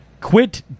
Quit